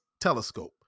telescope